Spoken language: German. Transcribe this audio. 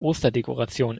osterdekoration